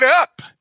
up